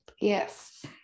Yes